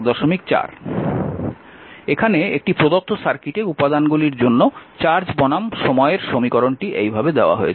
সুতরাং এখানে একটি প্রদত্ত সার্কিটে উপাদানগুলির জন্য চার্জ বনাম সময়ের সমীকরণটি এই ভাবে দেওয়া হয়েছে